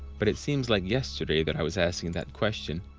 but it seems like yesterday that i was asking that question.